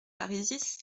parisis